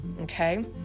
okay